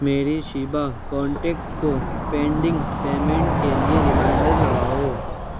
میری شیبہ کانٹیکٹ کو pending payment کے لیے ریمائنڈر لگاؤ